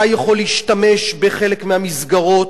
אתה יכול להשתמש בחלק מהמסגרות.